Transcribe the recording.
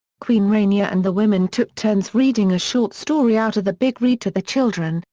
queen rania and the women took turns reading a short story out of the big read to the children,